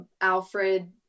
Alfred